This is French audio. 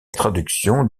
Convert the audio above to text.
traduction